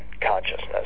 consciousness